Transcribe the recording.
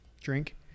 drink